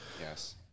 Yes